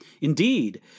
Indeed